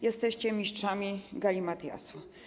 Jesteście mistrzami galimatiasu.